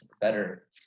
better